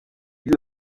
lieu